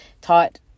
taught